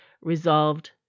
resolved